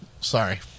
Sorry